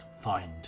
find